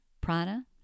prana